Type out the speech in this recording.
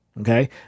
Okay